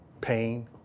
pain